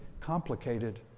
complicated